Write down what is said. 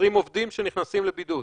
עובדים שנכנסים לבידוד